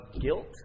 guilt